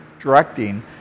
directing